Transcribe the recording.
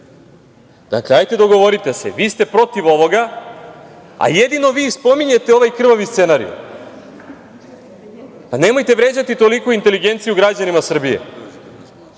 Dakle, dogovorite se, vi ste protiv ovoga, a jedino vi i spominjete ovaj krvavi scenarijo. Pa, nemojte vređati toliko inteligenciju građanima Srbije.